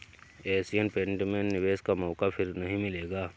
Asian paint में निवेश का मौका फिर नही मिलेगा